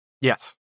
Yes